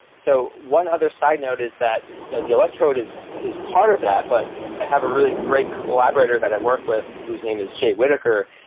so one other side note is that you know the electrode is is part of that, but i have a really great collaborator that i work with whose name is jay whitaker,